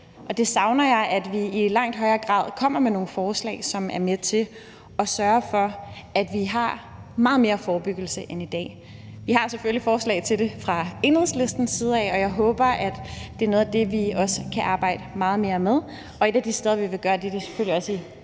og der savner jeg at vi i langt højere grad kommer med nogle forslag, som er med til at sørge for, at vi har meget mere forebyggelse end i dag. Vi har selvfølgelig forslag til det fra Enhedslistens side, og jeg håber, det er noget af det, vi også kan arbejde meget mere med, og et af de steder, vi vil gøre det, er selvfølgelig også i